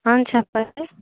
చెప్పండి